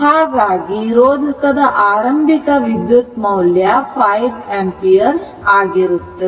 ಹಾಗಾಗಿ ರೋಧಕದ ಆರಂಭಿಕ ವಿದ್ಯುತ್ ಮೌಲ್ಯ 5 ಆಂಪಿಯರ್ ಆಗಿರುತ್ತದೆ